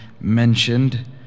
mentioned